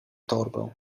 torbę